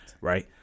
Right